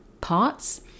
parts